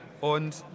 Und